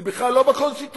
זה בכלל לא בקונסטיטוציה.